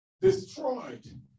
destroyed